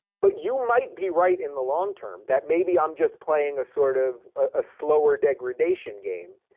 but you might be right in the long term, that maybe i'm just playing a sort of ah slower degradation game.